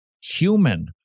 human